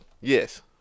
Yes